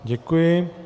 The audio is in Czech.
Děkuji.